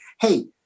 hey